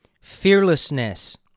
fearlessness